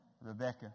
Rebecca